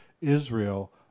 Israel